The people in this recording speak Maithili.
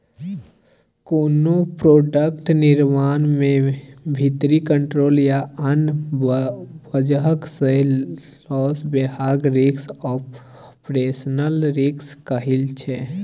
कोनो प्रोडक्ट निर्माण मे भीतरी कंट्रोल या आन बजह सँ लौस हेबाक रिस्क आपरेशनल रिस्क कहाइ छै